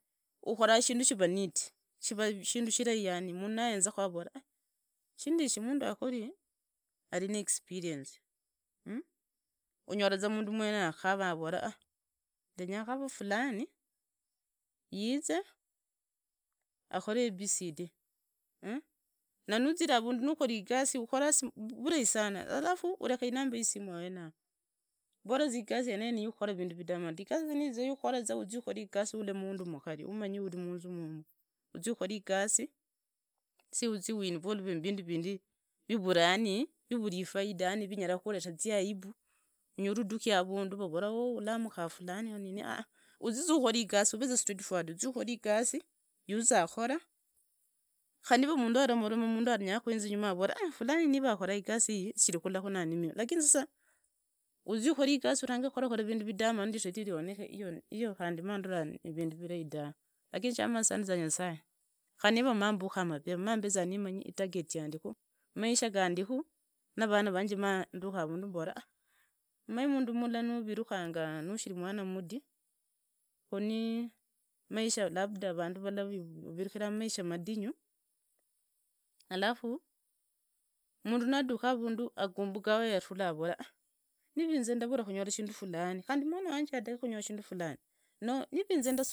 Ukora shindu shira neat, shiva shindu shirahi yani, mundu nahenzaku avora ai shindishi mundu akori ari nexperience mmh unyaroza mundu mwene anyara avora a ndenya akana fulani. yize akore a b c d mmh. Na nuzire avundu nokori igusi ukhore rurohi sana alafu urereka inamba yi simu ahene yao bora za igasi yoneyo ni yokokora vindu vidamane dave. Igasi yokukora za uzie ukore kuli mundu mukoli, umanyiza uri munzu mumwo, uzie ukore iyasi, si uzie wiinvolve muvindu vinde vivura yani, vivura ifuida, vinyara kukoretana izi aibu unyore uduki avundu vavora. ho ula mka fulani ura nini a a, uzie za ukore igasi, uveza straight forward, uzie ukore iyasi yuziza kukora, kari niva mundu aramuroma mundu anyakhuhenza inyuma avore ni fulani niva akora igasi iyi, shiri kolaku nanimii, lakini sasa uzie ukore igasi utunge kukurakora vindu vidamanu rieta risio rioneke iyo kandi mandora ni vindu virai dare. Lakini cha masandiza nyasaye, kari niva nambuka mapema mambeza nimanyi itaryot a umanye mundu mula nuvirukanga nushiri mwana mudi kwinyi maisha labda vandu vata vavirukira mmaisha madinyu alafu mundu naduka avundu akumbuka wayatula avora e niva shindu fulani noho niva inze.